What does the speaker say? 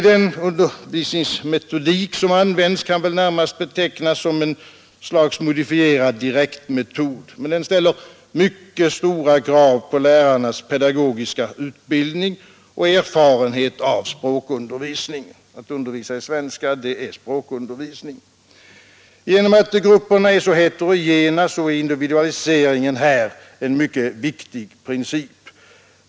Den undervisningsmetodik som används kan närmast betecknas som ett slags modifierad direktmetod, men den ställer mycket stora krav på lärarnas pedagogiska utbildning och erfarenhet av språkundervisning — undervisning i svenska är språkundervisning. Genom att grupperna är så heterogena är individualiseringen här en mycket viktig princip.